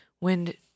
Wind